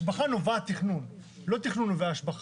השבחה נובעת תכנון, לא תכנון נובע השבחה.